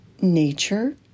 nature